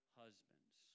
husbands